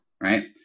Right